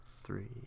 Three